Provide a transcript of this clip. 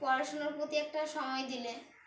পড়াশোনার প্রতি একটা সময় দিলে